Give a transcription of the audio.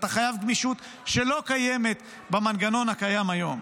אתה חייב גמישות שלא קיימת במנגנון הקיים היום.